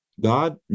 God